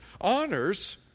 honors